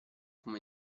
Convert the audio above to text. come